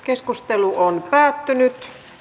keskustelu päättyi